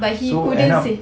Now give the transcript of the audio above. but he couldn't save